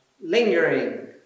lingering